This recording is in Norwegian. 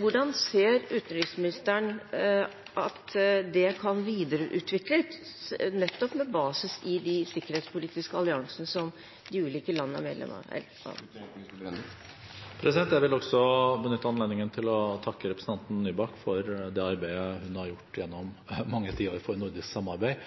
Hvordan ser utenriksministeren at det kan videreutvikles, nettopp med basis i de sikkerhetspolitiske alliansene som de ulike landene er medlem av? Jeg vil også benytte anledningen til å takke representanten Nybakk for det arbeidet hun gjennom mange tiår har gjort for nordisk samarbeid.